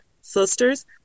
Sisters